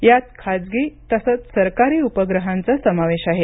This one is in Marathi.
यात खाजगी तसंच सरकारी उपग्रहांचा समावेश आहे